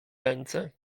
ręce